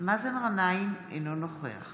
מאזן גנאים, אינו נוכח